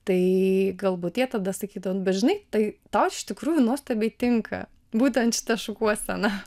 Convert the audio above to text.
tai galbūt jie tada sakydavo bet žinai tai tau iš tikrųjų nuostabiai tinka būtent šita šukuosena